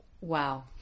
Wow